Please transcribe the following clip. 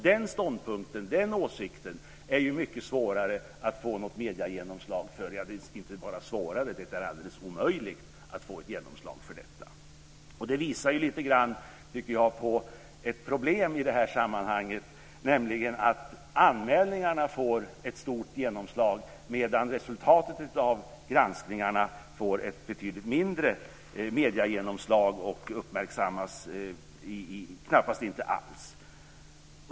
Den ståndpunkten och den åsikten är det mycket svårare att få något mediegenomslag för - ja, det är inte bara svårare utan alldeles omöjligt. Jag tycker att detta visar på ett problem i sammanhanget, nämligen att anmälningarna får ett stort genomslag medan resultatet av granskningarna får ett betydligt mindre mediegenomslag och knappast uppmärksammas alls.